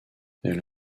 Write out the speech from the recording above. elle